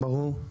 ברור.